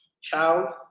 child